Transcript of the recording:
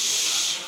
גברתי היושבת-ראש,